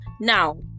now